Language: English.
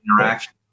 interaction